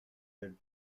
del